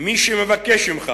"מי שמבקש ממך